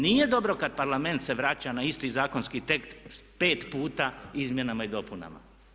Nije dobro kad parlament se vraća na isti zakonski tekst 5 puta izmjenama i dopunama.